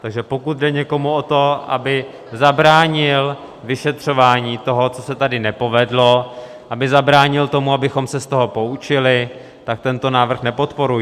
Takže pokud jde někomu o to, aby zabránil vyšetřování toho, co se tady nepovedlo, aby zabránil tomu, abychom se z toho poučili, tak tento návrh nepodporujte.